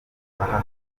aha